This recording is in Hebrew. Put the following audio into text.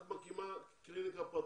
אם את מקימה קליניקה פרטית,